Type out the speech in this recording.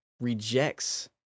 rejects